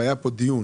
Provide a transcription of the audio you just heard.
והיה כאן דיון